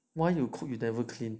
why you cook you never clean